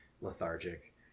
lethargic